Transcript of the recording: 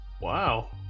wow